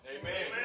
Amen